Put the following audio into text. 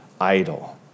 idol